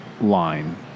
line